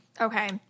Okay